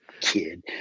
kid